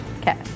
okay